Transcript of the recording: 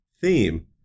theme